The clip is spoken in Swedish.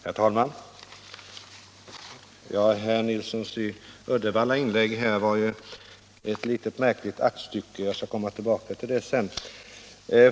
Herr talman! Herr Nilssons i Uddevalla inlägg var ju ett något märkligt aktstycke. Jag skall komma tillbaka till det sedan.